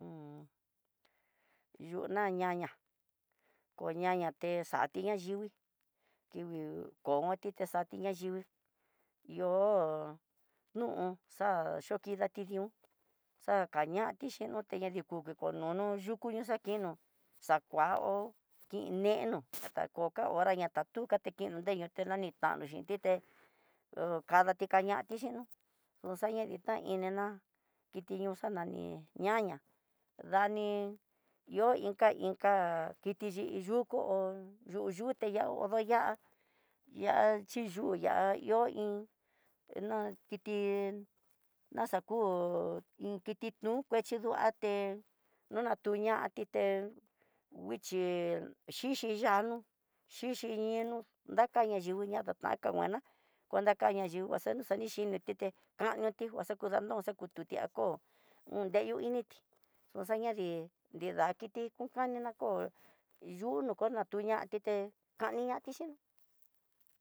yuña ñaña koñate yuni xadingui kingui koñoti, texati ñayingui yo'ó, nú xa yokidati niun xakañati xhinoti ña diko viko no yuku xakino xakuaó kineno xaka coca hora ña dukante kindeyo denani tayo xhin tité ho kadati kañati xhinó noxai taininá tikiño xa nani ñaña dani yo'o inka inka, kiti yuku hó yu yuté oduya'á ya'á niyuya ihó iin kiti naxa hú iin kiti nu kiti duate nuna tuñati té nguixhi xhixi yano xhixi yano dayakaña yuña dadaka nguena kondakaña yu'ú axeno xani xhite kanoti nguaxakudanro xakutiako undeyu initi noxayi nrida kiti unkani na kó kuño ko nu tuña tuté kaniñati xhiná.